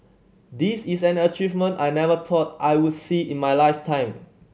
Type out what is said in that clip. this is an achievement I never thought I would see in my lifetime